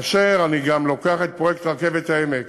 ואני לוקח גם את פרויקט רכבת העמק,